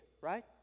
right